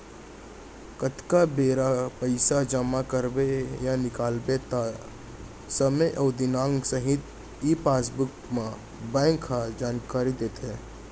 जतका बेर पइसा जमा करबे या निकालबे त समे अउ दिनांक सहित ई पासबुक म बेंक ह जानकारी देथे